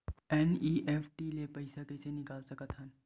NEFT ले पईसा कइसे निकाल सकत हन?